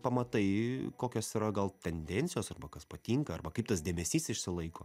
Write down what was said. pamatai kokios yra gal tendencijos arba kas patinka arba kaip tas dėmesys išsilaiko